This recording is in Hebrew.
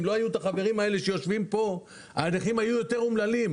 אם לא היו החברים האלה שיושבים פה הנכים היו יותר אומללים.